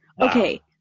Okay